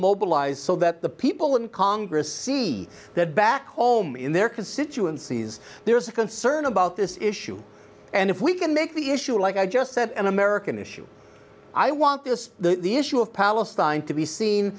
mobilized so that the people in congress see that back home in their constituencies there's a concern about this issue and if we can make the issue like i just said an american issue i want this the issue of palestine to be seen